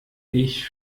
ich